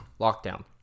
lockdown